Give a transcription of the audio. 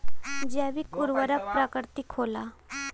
जैविक उर्वरक प्राकृतिक होला